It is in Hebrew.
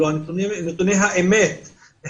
אלה הם נתוני האמת מהשטח,